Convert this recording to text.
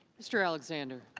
mr. alexander.